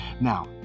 Now